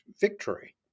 victory